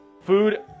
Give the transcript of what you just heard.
Food